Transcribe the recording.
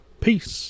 Peace